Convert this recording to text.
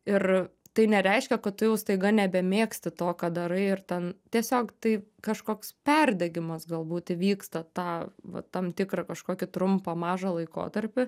ir tai nereiškia kad tu jau staiga nebemėgsti to ką darai ir ten tiesiog tai kažkoks perdegimas galbūt įvyksta tą va tam tikrą kažkokį trumpą mažą laikotarpį